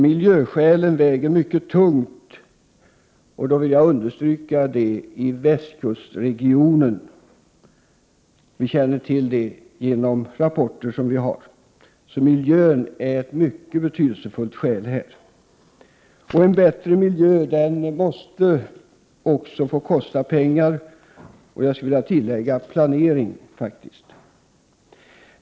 Miljöskälen väger alltså mycket tungt i västkustregionen, vilket har framgått av rapporter. En bättre miljö måste också få kosta pengar — och planering.